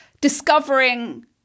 discovering